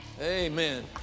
amen